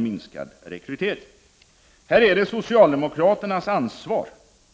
Det här är socialdemokraternas ansvar.